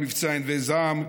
את מבצע ענבי זעם,